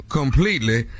completely